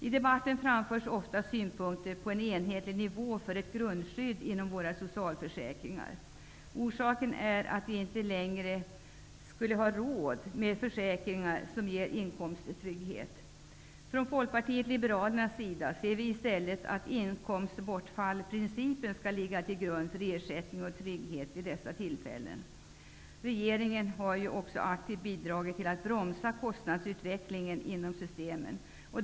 I debatten framförs ofta synpunkter om en enhetlig nivå för ett grundskydd inom våra socialförsäkringar. Orsaken är att vi inte längre skulle ha råd med försäkringar som ger inkomsttrygghet. Från Folkpartiet liberalernas sida anser vi i stället att inkomstbortfallsprincipen skall ligga till grund för ersättning och trygghet vid dessa tillfällen. Regeringen har också aktivt bidragit till att bromsa kostnadsutvecklingen inom systemen.